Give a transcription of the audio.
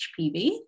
HPV